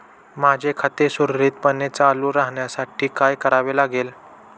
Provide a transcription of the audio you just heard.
माझे खाते सुरळीतपणे चालू राहण्यासाठी काय करावे लागेल?